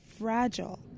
fragile